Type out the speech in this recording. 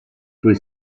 free